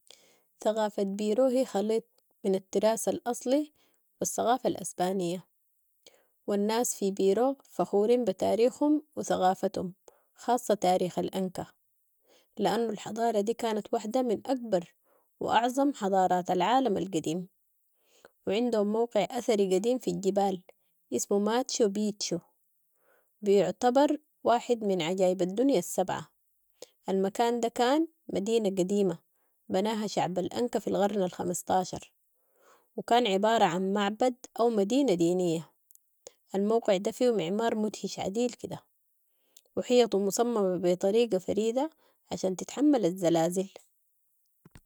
ثقافة بيرو هي خليط من التراث ال اصلي و الثقافة الإسبانية و الناس في بيرو فخورين بتاريخهم و ثقافتهم، خاصة تاريخ الإنكا، لانو الحضارة دي كانت واحدة من اكبر و اعظم حضارات العالم القديم و عندهم موقع اثري قديم في الجبال، اسمو ماتشو بيتشو، بيعتبر واحد من عجائب الدنيا السبعة، المكان ده كان مدينة قديمة، بناها شعب الإنكا في القرن الخمسطاشر و كان عبارة عن معبد او مدينة دينية، الموقع ده فيهو معمار مدهش عديل كده و حيطو مصممة بطريقة فريدة عشان تتحمل الزلازل.